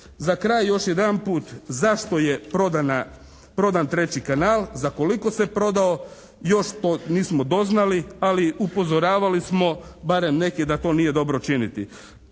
Za kraj još jedanput zašto je prodana, prodan 3. kanal? Za koliko se prodao još to nismo doznali, ali upozoravali smo barem neki da to nije dobro činiti.